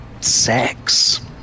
sex